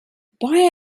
buy